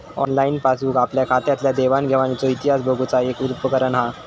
online passbook आपल्या खात्यातल्या देवाण घेवाणीचो इतिहास बघुचा एक उपकरण हा